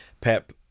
Pep